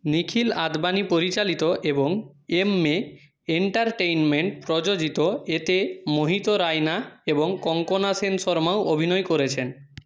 নিখিল আদবানি পরিচালিত এবং এমমে এন্টারটেইনমেন্ট প্রযোজিত এতে মোহিত রায়না এবং কঙ্কনা সেন শর্মাও অভিনয় করেছেন